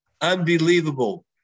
unbelievable